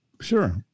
Sure